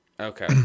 okay